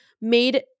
made